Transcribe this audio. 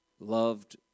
Loved